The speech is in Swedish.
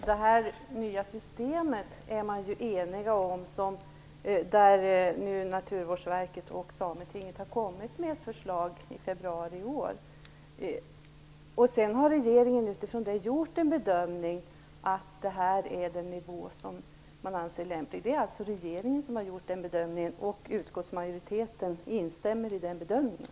Herr talman! Det råder ju enighet om det nya systemet, som Naturvårdsverket och Sametinget kom med förslag om i februari i år. Regeringen har utifrån det gjort bedömningen att det här är den nivå som är lämplig. Det är alltså regeringen som har gjort den bedömningen, och utskottsmajoriteten instämmer i den.